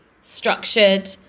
structured